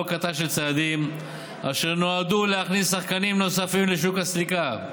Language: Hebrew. קטן של צעדים אשר נועדו להכניס שחקנים נוספים לשוק הסליקה,